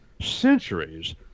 centuries